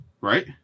Right